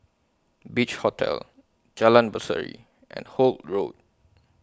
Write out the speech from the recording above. Beach Hotel Jalan Berseri and Holt Road